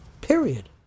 Period